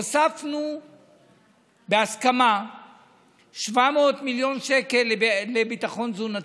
הוספנו בהסכמה 700 מיליון שקל לביטחון תזונתי.